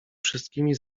wszystkimi